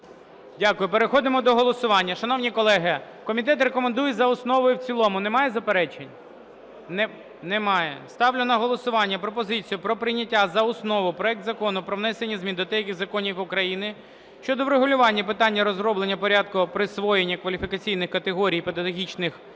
Дякую. Переходимо до голосування. Шановні колеги, комітет рекомендує за основу і в цілому. Немає заперечень? Немає. Ставлю на голосування пропозицію про прийняття за основу проект Закону про внесення змін до деяких законів України щодо врегулювання питання розроблення порядку присвоєння кваліфікаційних категорій і педагогічних звань